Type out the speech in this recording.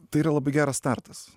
tai yra labai geras startas